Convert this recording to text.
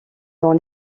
dans